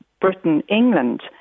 Britain-England